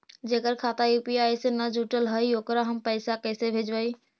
जेकर खाता यु.पी.आई से न जुटल हइ ओकरा हम पैसा कैसे भेजबइ?